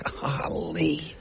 Golly